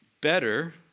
Better